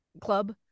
club